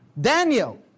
Daniel